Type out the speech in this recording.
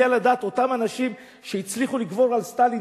יעלה על הדעת שאותם אנשים שהצליחו לגבור על סטלין,